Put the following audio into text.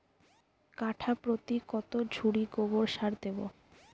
কাঠাপ্রতি কত ঝুড়ি গোবর সার দেবো?